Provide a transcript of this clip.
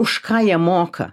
už ką jie moka